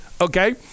Okay